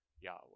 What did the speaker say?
Yahweh